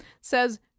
says